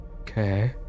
Okay